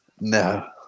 No